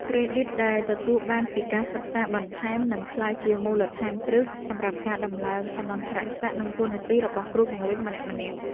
ក្រេឌីតដែលទទួលបានពីការសិក្សាបន្ថែមនឹងក្លាយជាមូលដ្ឋានគ្រឹះសម្រាប់ការតម្លើងឋានន្តរស័ក្តិនិងតួនាទីរបស់គ្រូបង្រៀនម្នាក់ៗ។